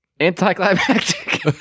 Anticlimactic